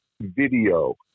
video